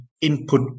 input